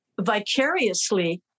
vicariously